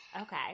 Okay